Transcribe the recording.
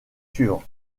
suivant